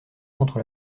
contre